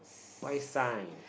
why science